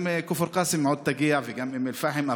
גם כפר קאסם עוד תגיע וגם אום אל-פחם,